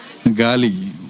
Gali